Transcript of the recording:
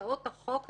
בהצעות החוק האלה,